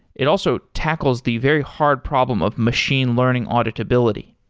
it also tackles the very hard problem of machine learning auditability.